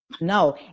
No